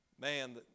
man